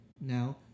now